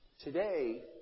Today